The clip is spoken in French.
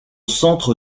centre